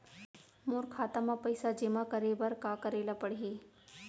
मोर खाता म पइसा जेमा करे बर का करे ल पड़ही?